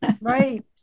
Right